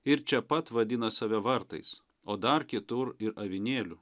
ir čia pat vadina save vartais o dar kitur ir avinėliu